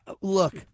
Look